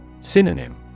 Synonym